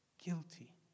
Guilty